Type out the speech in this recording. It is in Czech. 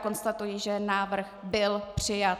Konstatuji, že návrh byl přijat.